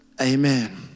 Amen